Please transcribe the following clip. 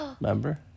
remember